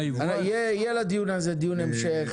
יהיה דיון המשך.